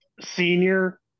senior